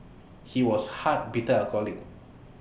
he was hard bitter alcoholic